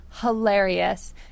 hilarious